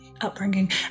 Upbringing